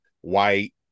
white